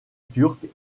turque